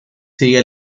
sigue